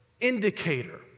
indicator